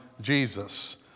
Jesus